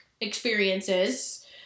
experiences